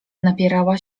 napierała